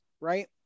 right